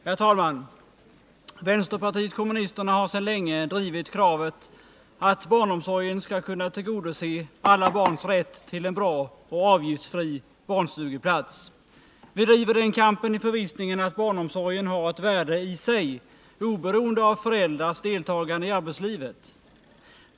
Herr talman! Vänsterpartiet kommunisterna har sedan länge drivit kravet att barnomsorgen skall kunna tillgodose alla barns rätt till en bra och avgiftsfri barnstugeplats. Vi driver den kampen i förvissningen att barnomsorgen har ett värde i sig oberoende av föräldrars deltagande i arbetslivet.